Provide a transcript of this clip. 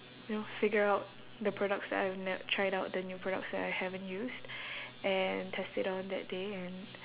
you know figure out the products that I've ne~ tried out the new products that I haven't used and test it out on that day and